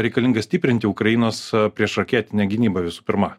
reikalinga stiprinti ukrainos priešraketinę gynybą visų pirma